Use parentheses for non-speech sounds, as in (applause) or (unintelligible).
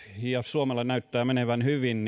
ja suomella näyttää menevän hyvin (unintelligible)